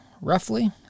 roughly